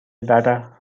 data